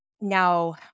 Now